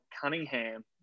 Cunningham